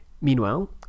Meanwhile